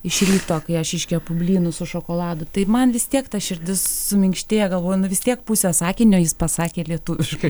iš ryto kai aš iškepu blynų su šokoladu tai man vis tiek ta širdis suminkštėja galvoju nu vis tiek pusė sakinio jis pasakė lietuviškai